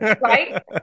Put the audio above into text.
Right